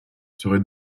serait